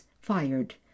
fired